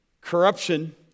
corruption